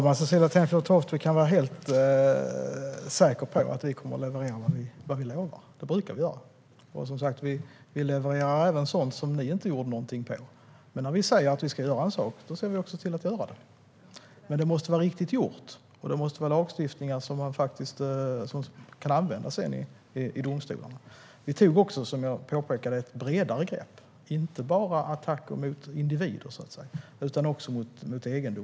Herr talman! Du kan vara helt säker på att vi kommer att leverera vad vi lovar, Cecilie Tenfjord-Toftby. Det brukar vi göra, och vi levererar även sådant som ni inte gjorde någonting åt. När vi säger att vi ska göra en sak ser vi också till att göra det. Men det måste vara riktigt gjort, och det måste vara lagstiftningar som faktiskt kan användas i domstolarna. Vi tog också, som jag påpekade, ett bredare grepp. Det gäller inte bara attacker mot individer, så att säga, utan även mot egendom.